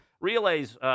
Relays